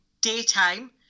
daytime